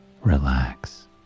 relax